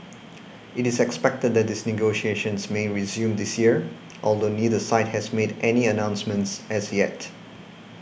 it is expected that these negotiations may resume this year although neither side has made any announcements as yet